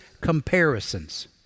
comparisons